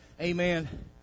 Amen